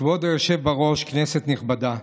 כבוד היושב-ראש, כנסת נכבדה,